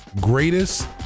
greatest